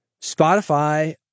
Spotify